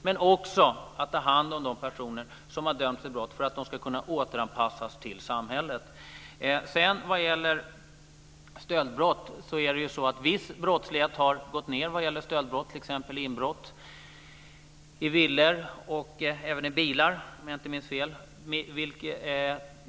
Men vi ska också ta hand om de personer som har dömts för brott för att de ska kunna återanpassas till samhället. Viss brottslighet vad gäller stöld har gått ned, t.ex. inbrott i villor och även i bilar om jag inte minns fel.